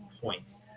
points